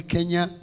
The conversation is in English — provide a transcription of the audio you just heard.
Kenya